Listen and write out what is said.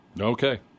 Okay